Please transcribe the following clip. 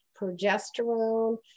progesterone